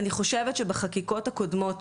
אני חושבת שבחקיקות הקודמות,